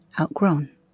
outgrown